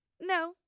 no